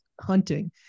hunting